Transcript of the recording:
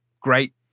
great